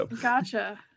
Gotcha